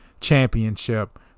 championship